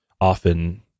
often